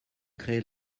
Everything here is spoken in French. créer